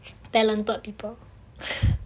talented people